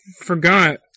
forgot